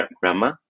grandma